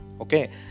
Okay